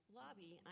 lobby